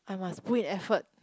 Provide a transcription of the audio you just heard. I must put in effort